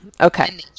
Okay